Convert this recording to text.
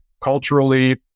culturally